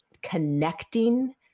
connecting